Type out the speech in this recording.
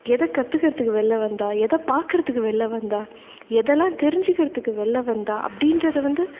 எதை கற்றுக்கறதுக்கு வெளில வந்தாள் எதை பார்க்கறதுக்கு வெளில வந்தாள் எதெல்லாம் தெரிஞ்சிக்கிறதுக்கு வெளில வந்தாள் அப்படின்றத வந்து